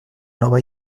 nova